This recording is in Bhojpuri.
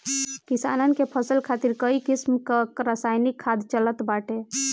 किसानन के फसल खातिर कई किसिम कअ रासायनिक खाद चलत बाटे